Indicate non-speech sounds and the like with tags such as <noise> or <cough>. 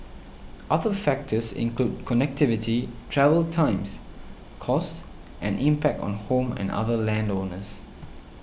other <noise> factors include connectivity travel times costs and impact on home and other land owners